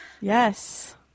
Yes